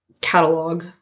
catalog